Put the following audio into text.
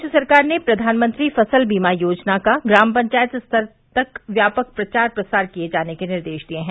प्रदेश सरकार ने प्रधानमंत्री फसल बीमा योजना का ग्राम पंचायत स्तर तक व्यापक प्रचार प्रसार किये जाने के निर्देश दिये हैं